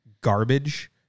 garbage